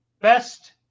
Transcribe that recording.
Best